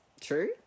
true